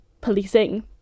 policing